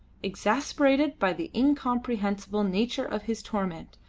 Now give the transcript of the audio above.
exasperated by the incomprehensible nature of his torment,